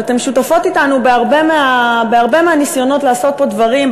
אתן שותפות אתנו בהרבה מהניסיונות לעשות פה דברים,